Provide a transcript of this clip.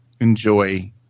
enjoy